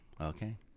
Okay